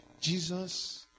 Jesus